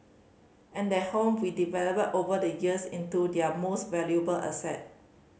and that home we developed over the years into their most valuable asset